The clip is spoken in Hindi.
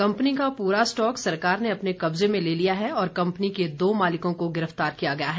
कंपनी का पूरा स्टॉक सरकार ने अपने कब्जे में ले लिया है और कंपनी के दो मालिकों को गिरफ्तार किया गया है